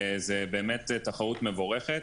וזו באמת תחרות מבורכת,